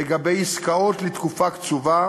לגבי עסקאות לתקופה קצובה